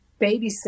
babysit